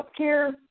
healthcare